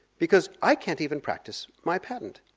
because i can't even practice my patent.